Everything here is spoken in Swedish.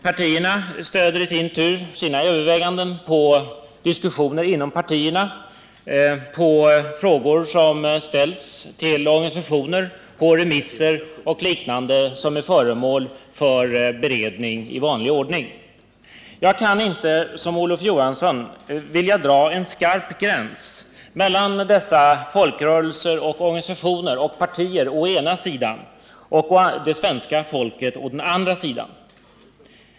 Partierna grundar i sin tur sina överväganden på diskussioner inom partierna, på frågor som har ställts till organisationer, på remisser och liknande som är naturligt vid en beredning i vanlig ordning. Jag vill inte som Olof Johansson dra en skarp gräns mellan dessa folkrörelser, organisationer och partier å ena sidan och svenska folket å andra sidan.